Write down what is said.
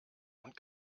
und